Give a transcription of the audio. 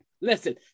listen